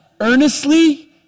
Earnestly